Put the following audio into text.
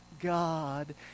God